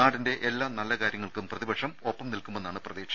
നാടിന്റെ എല്ലാ നല്ല കാര്യങ്ങൾക്കും പ്രതിപക്ഷം ഒപ്പം നിൽക്കുമെന്നാണ് പ്രതീക്ഷ